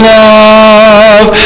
love